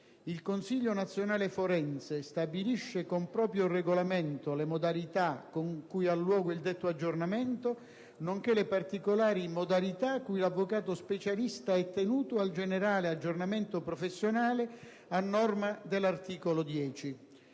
Il Consiglio nazionale forense stabilisce con proprio regolamento le modalità con cui ha luogo il detto aggiornamento, nonché le particolari modalità con cui l'avvocato specialista è tenuto al generale aggiornamento professionale a norma dell'articolo 10.